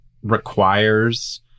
requires